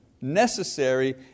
necessary